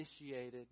initiated